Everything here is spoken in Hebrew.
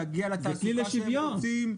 להגיע לתעסוקה שהם רוצים.